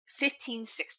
1560